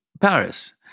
Paris